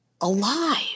alive